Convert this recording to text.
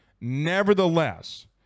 nevertheless